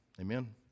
Amen